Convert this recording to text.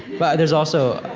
but there's also,